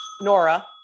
Nora